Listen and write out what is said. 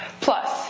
Plus